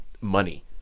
money